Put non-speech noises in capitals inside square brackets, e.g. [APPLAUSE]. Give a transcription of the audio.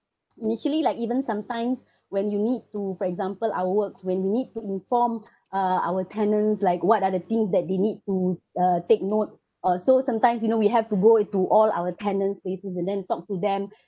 you actually like even sometimes [BREATH] when you need to for example our works when we need to inform [BREATH] uh our tenants like what are the things that they need to uh take note uh so sometimes you know we have to go into all our tenants' faces and then talk to them [BREATH]